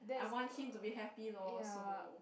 I want him to be happy lor so